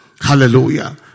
hallelujah